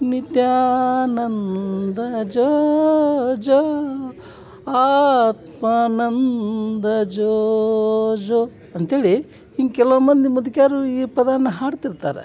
ನಿತ್ಯಾನಂದ ಜೋ ಜೋ ಆತ್ಮಾನಂದ ಜೋ ಜೋ ಅಂತ್ಹೇಳಿ ಇನ್ನು ಕೆಲವು ಮಂದಿ ಮುದ್ಕೀರು ಈ ಪದನ್ನ ಹಾಡ್ತಿರ್ತಾರೆ